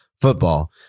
football